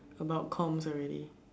about comms already